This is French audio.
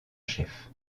chef